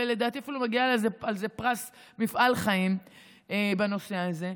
ולדעתי אפילו מגיע לה על זה פרס מפעל חיים בנושא הזה.